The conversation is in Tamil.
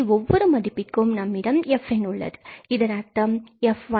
ஒவ்வொரு மதிப்பிற்கும் நம்மிடம் fn உள்ளது இதன் அர்த்தம் f1f2f3